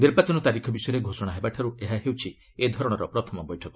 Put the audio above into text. ନିର୍ବାଚନ ତାରିଖ ବିଷୟରେ ଘୋଷଣା ହେବାଠାରୁ ଏହା ହେଉଛି ଏ ଧରଣର ପ୍ରଥମ ବୈଠକ